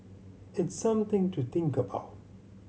it's something to think about